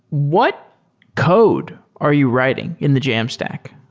what code are you writing in the jamstack?